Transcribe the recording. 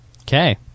Okay